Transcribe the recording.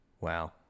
Wow